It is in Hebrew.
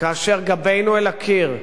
כאשר גבנו אל הקיר,